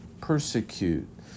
persecute